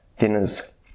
thinners